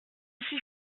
suis